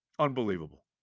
Unbelievable